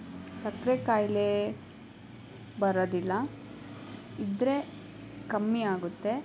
ಸಕ್ಕರೆ ಕಾಯಿಲೆ ಬರೋದಿಲ್ಲ ಇದ್ದರೆ ಕಮ್ಮಿಯಾಗುತ್ತೆ